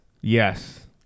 Yes